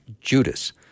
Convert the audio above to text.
Judas